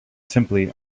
simply